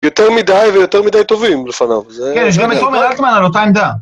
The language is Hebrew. יותר מידי ויותר מידי טובים לפניו. כן, יש גם תומר אלטמן על אותה עמדה.